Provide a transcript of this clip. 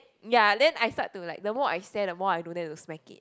ya then I start to like the more I stare the more I don't dare to smack it